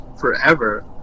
forever